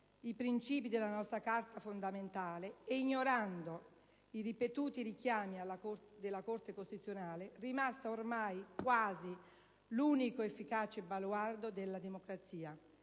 i princìpi della nostra Carta fondamentale e ignorando i ripetuti richiami della Corte costituzionale, rimasta ormai quasi l'unico efficace baluardo della democrazia.